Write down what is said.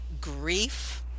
grief